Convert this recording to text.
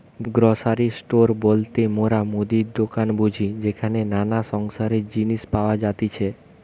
grocery store বলতে মোরা মুদির দোকান বুঝি যেখানে নানা সংসারের জিনিস পাওয়া যাতিছে